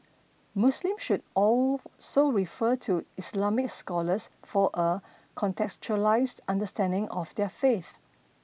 Muslims should also refer to Islamic scholars for a contextualised understanding of their faith